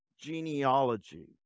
genealogy